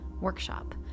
workshop